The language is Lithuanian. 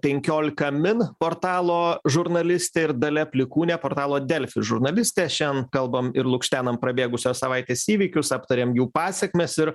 penkiolika min portalo žurnalistė ir dalia plikūnė portalo delfi žurnalistė šian kalbam ir lukštenam prabėgusios savaitės įvykius aptarėm jų pasekmes ir